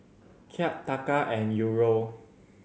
Kyat Taka and Euro